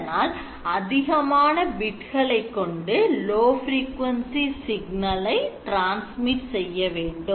இதனால் அதிகமான பிட்களைக் கொண்டு low frequency சிக்னலை transmit கடத்த செய்ய வேண்டும்